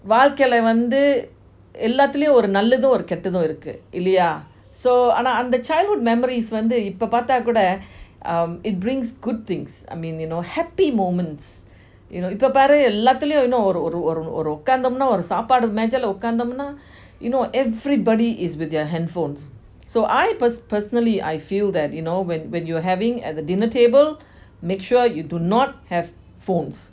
வாழ்க்கைல வந்து எல்லாத்துலயும் ஒரு நல்லது ஒரு கேட்டது இருக்கு இல்லையா:vazhkaila vanthu ellathulayum oru nallathu oru keatathu iruku illaya so அனா அந்த:ana antha childhood memories இப்போ பாத கூட:ipo paatha kuda um it brings good things I mean happy moments you know இப்போ பாரு ஒரு ஒரு ஒரு ஒரு உகந்தோமுன்னா சாப்பாடு மேஜைலெ உகந்தோம்னா:ipo paaru oru oru oru oru ukanthomuna saapadu mejaila ukanthomna you know everybody is with their handphones so I per~ personally I feel when when you are having at the dinner table make sure you do not have phones